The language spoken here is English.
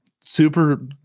Super